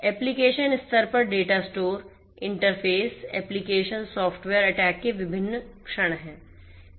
application स्तर पर data store interface application software attack के विभिन्न क्षण हैं